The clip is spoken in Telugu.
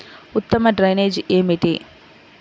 ఉత్తమ డ్రైనేజ్ ఏమిటి?